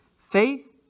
faith